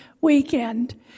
weekend